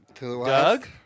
Doug